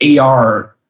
ar